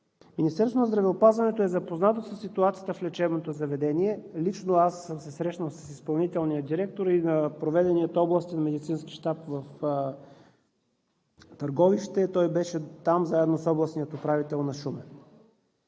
Министерството на здравеопазването е запознато със ситуацията в лечебното заведение. Лично аз съм се срещнал с изпълнителния директор на проведения Областен медицински щаб в Търговище. Той беше там заедно с областния управител на Шумен.